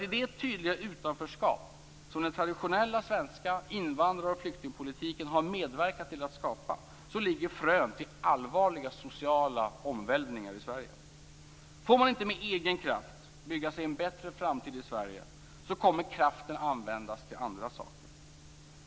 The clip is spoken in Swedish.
I det tydliga utanförskap som den traditionella svenska invandrar och flyktingpolitiken har medverkat till att skapa ligger fröet till allvarliga sociala omvälvningar i Sverige. Får man inte med egen kraft bygga sig en bättre framtid i Sverige kommer kraften att användas till andra saker.